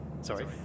Sorry